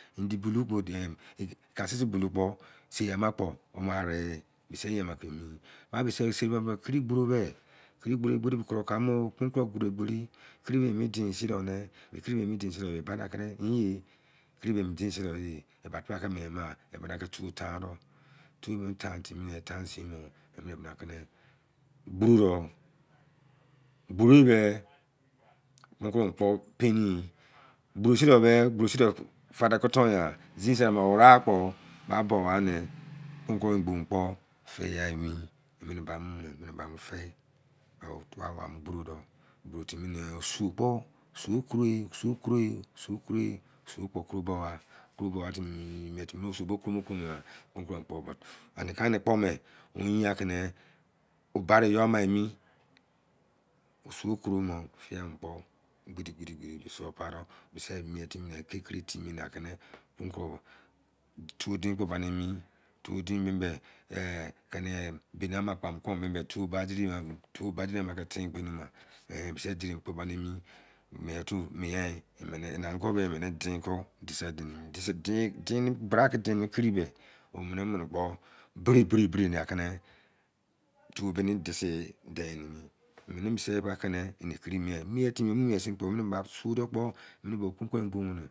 Indi bulou bo dia kasisi bulou sei yama kpo ma arẹyẹ mẹsẹ iye ma kemi ba mẹsẹ kiri gboro dẹ kiri gboro kuro ka ma kun ko kiri me den sinne e kiri mẹ dẹn din nẹ ye eba tebra kẹ mien ma ekere tu taru tu me tan sin mẹ, pọ paini gboro sin nẹ mefa dẹ kon ton wẹrẹ o wura kpo ba bowa me, ogun go kpo feyai emi, emẹnẹ ba mo gboro dọ osuwu kpo, osuwu koro e, osuwu koro bọ wa ane ka nẹ pọ mẹ o bare you mimi osuwu koromo fia kpo gidi gidi osuwu pai do mesẹ mien timi pai kiri timi nẹ tu den mẹ ehn kẹni enẹ ongu bọ emene dẹn krumọ e dẹn bra ke dẹn kiri mẹ mẹmẹ kpo mị enna kpo, pẹrẹ pẹrẹ anẹ kẹnẹ tu baini desi edẹn emẹne mẹse bra ke mien timi mẹin sịn e mẹnẹ fu dọ bọ,